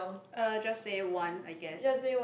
uh just say one I guess